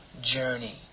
journey